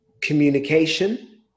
communication